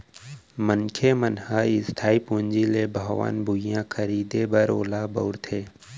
मनखे मन ह इस्थाई पूंजी ले भवन, भुइयाँ खरीदें बर ओला बउरथे